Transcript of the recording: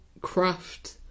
craft